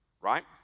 Right